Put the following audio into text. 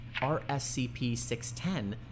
RSCP-610